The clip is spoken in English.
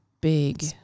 big